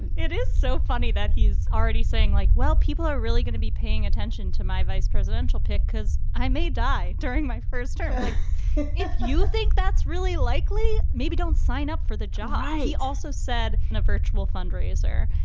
it is so funny that he's already saying like, well, people are really gonna be paying attention to my vice presidential pick because i may die during my first term if you think that's really likely, maybe don't sign up for the job i also said in a virtual fundraiser,